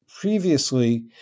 previously